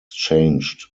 changed